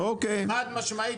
חד משמעית.